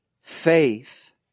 faith